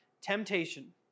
Temptation